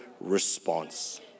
response